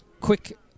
quick